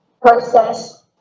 process